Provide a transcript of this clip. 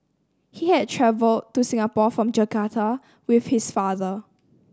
he had travelled to Singapore from Jakarta with his father